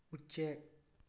ꯎꯆꯦꯛ